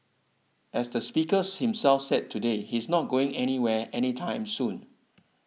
as the speakers himself said today he's not going anywhere any time soon